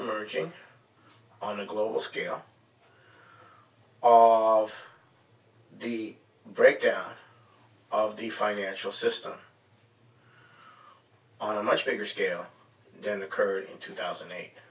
emerging on a global scale of the breakdown of the financial system on a much bigger scale then occurred in two thousand and eight